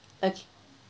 okay